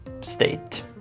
state